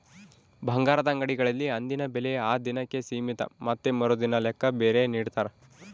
ಬಂಗಾರದ ಅಂಗಡಿಗಳಲ್ಲಿ ಅಂದಿನ ಬೆಲೆ ಆ ದಿನಕ್ಕೆ ಸೀಮಿತ ಮತ್ತೆ ಮರುದಿನದ ಲೆಕ್ಕ ಬೇರೆ ನಿಡ್ತಾರ